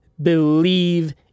Believe